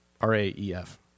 R-A-E-F